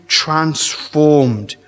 transformed